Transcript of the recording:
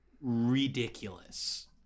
Ridiculous